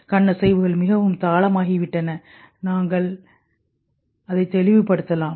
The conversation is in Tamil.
கண் அசைவுகள் மிகவும் தாளமாகிவிட்டன நீங்கள் அதை தெளிவு படுத்தலாம்